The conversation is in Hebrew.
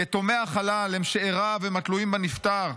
יתומי החלל הם שאיריו, הם התלויים בנפטר.